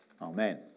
Amen